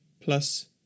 plus